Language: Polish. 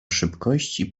szybkości